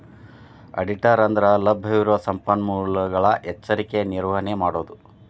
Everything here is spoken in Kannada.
ಆಡಿಟರ ಅಂದ್ರಲಭ್ಯವಿರುವ ಸಂಪನ್ಮೂಲಗಳ ಎಚ್ಚರಿಕೆಯ ನಿರ್ವಹಣೆ ಮಾಡೊದು